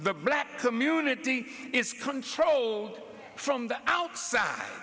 the black community is controlled from the outside